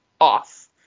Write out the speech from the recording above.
off